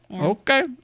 Okay